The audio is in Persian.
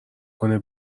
کنه